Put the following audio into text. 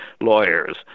lawyers